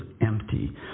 empty